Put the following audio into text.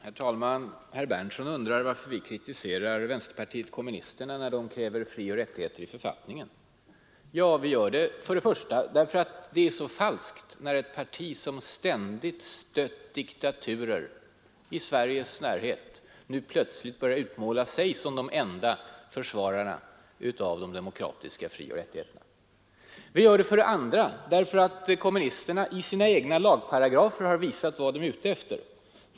Herr talman! Herr Berndtson undrar varför vi kritiserar vänsterpartiet kommunisterna när det kräver frioch rättigheter i författningen. Vi gör det för det första därför att det är så falskt när ett parti, som ständigt stött diktaturer i Sveriges närhet, nu plötsligt börjar utmåla sig som den enda försvararen av de demokratiska frioch rättigheterna. Vi gör det för det andra därför att kommunisterna i sina egna förslag till lagparagrafer har visat vad de är ute efter.